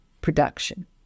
production